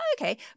okay